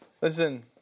Listen